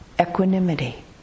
equanimity